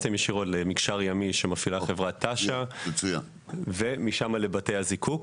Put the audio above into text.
ישירות למקשר ימי שמפעילה חברת תש"ן ומשם לבתי הזיקוק.